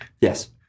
Yes